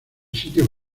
sitio